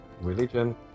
religion